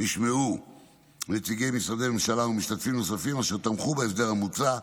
נשמעו נציגי משרדי ממשלה ומשתתפים נוספים אשר תמכו בהסדר המוצע.